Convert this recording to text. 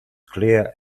clear